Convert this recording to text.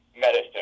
medicine